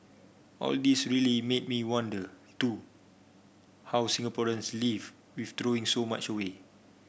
all this really made me wonder too how Singaporeans live with throwing so much away